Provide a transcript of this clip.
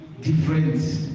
different